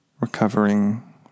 recovering